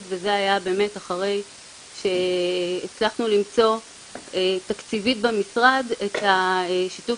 וזה היה באמת אחרי שהצלחנו למצוא תקציבית במשרד את שיתוף